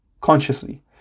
consciously